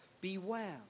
beware